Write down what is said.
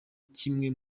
kimwe